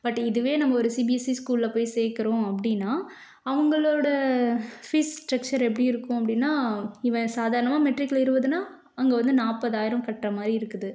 but இதுவே நம்ம ஒரு சிபிஎஸ்சி ஸ்கூல்ல போய் சேர்க்குறோம் அப்படின்னா அவங்களோட ஃபீஸ் ஸ்ட்ரக்ச்சர் எப்படி இருக்கும் அப்படின்னா இவன் சாதாரணமாக மெட்ரிக்ல இருபதுனா அங்கே வந்து நாற்பதாயிரம் கட்டுறமாரி இருக்குது